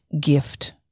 gift